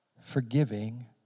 forgiving